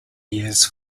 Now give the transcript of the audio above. years